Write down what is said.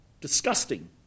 disgusting